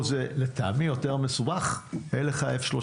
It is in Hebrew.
אבל, לטעמי, במשטרה זה יותר מסובך כי אין לה F-35,